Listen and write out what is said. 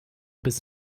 bis